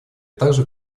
также